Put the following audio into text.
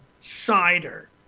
Cider